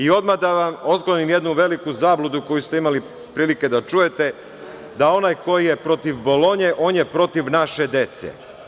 Odmah da vam otklonim jednu zabludu koju ste imali prilike da čujete, da onaj koji je protiv Bolonje, on je protiv naše dece.